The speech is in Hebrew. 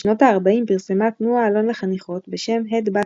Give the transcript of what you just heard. בשנות הארבעים פרסמה התנועה עלון לחניכות בשם "הד בתיה",